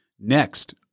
next